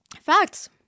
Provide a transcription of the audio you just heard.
facts